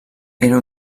era